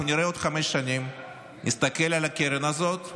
אנחנו נראה בעוד חמש שנים, נסתכל על הקרן הזאת,